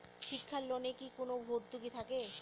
শিক্ষার লোনে কি কোনো ভরতুকি থাকে?